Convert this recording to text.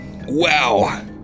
Wow